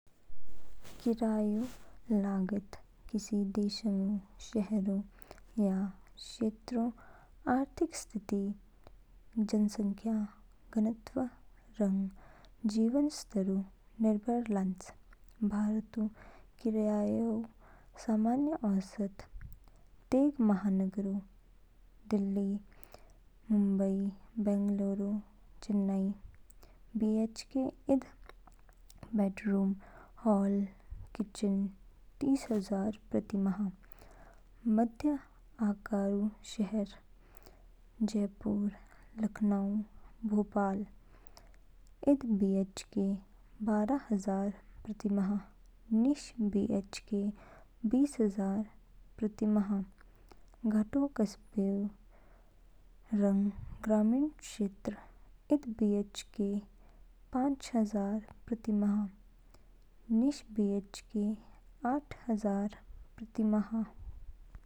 किराएऊ लागत किसी देशंगऊ, शहरऊ, या क्षेत्रऊ आर्थिक स्थिति, जनसंख्या घनत्व, रंग जीवन स्तरऊ निर्भर लान्च। भारतऊ किराएऊ सामान्य औसत। तेग महानगर दिल्ली, मुंबई, बेंगलुरु, चेन्नई। बीएचके इद बेडरूम, हॉल, किचन तीसहजार प्रतिमाह। मध्यम आकारऊ शहर जयपुर, लखनऊ, भोपाल। इद बीएचके बारह हजार प्रति माह। निश बीएचके बीस हजार प्रति मा। गटो कस्बे रंग ग्रामीण क्षेत्र। इद बीएचके पांच हजार प्रति माह। निश बीएचके आठहजार प्रति माह।